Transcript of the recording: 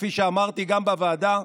כפי שאמרתי גם בוועדה,